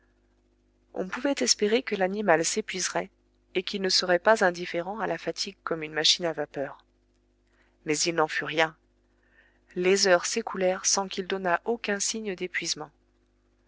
on pouvait espérer que l'animal s'épuiserait et qu'il ne serait pas indifférent à la fatigue comme une machine à vapeur mais il n'en fut rien les heures s'écoulèrent sans qu'il donnât aucun signe d'épuisement